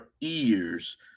ears